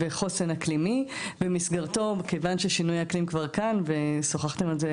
חוסן אקלימי ומסגרתו מכיוון ששינוי אקלימי כבר כאן ושוחחתם על זה